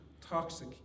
toxic